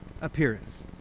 appearance